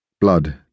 blood